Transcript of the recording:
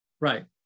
Right